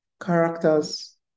characters